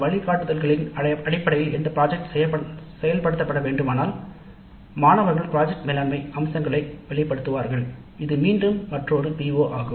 திட்டத்தை அடிப்படையாகக் கொண்டு செயல்படுத்தப்பட வேண்டும் என்றால் அந்த வழிகாட்டுதல்கள் பின்னர் மாணவர்களுக்கு திட்ட மேலாண்மை அம்சங்களுக்கும் பயிற்சி கிடைக்கும் இது மீண்டும் மற்றொரு PO ஆகும்